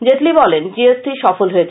জেটলি বলেন জিএসটি সফল হয়েছে